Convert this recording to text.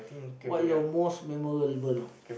what your most memorable